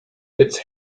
its